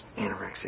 Anorexia